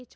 H